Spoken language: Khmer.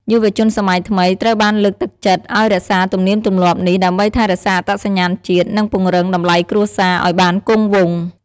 យុវជនសម័យថ្មីត្រូវបានលើកទឹកចិត្តឱ្យរក្សាទំនៀមទម្លាប់នេះ ដើម្បីថែរក្សាអត្តសញ្ញាណជាតិ និងពង្រឹងតម្លៃគ្រួសារឱ្យបានគង់វង្ស។